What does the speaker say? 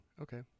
okay